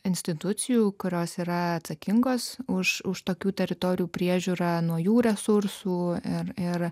institucijų kurios yra atsakingos už už tokių teritorijų priežiūrą nuo jų resursų ir ir